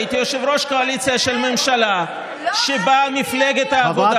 הייתי יושב-ראש קואליציה של ממשלה שבה מפלגת העבודה,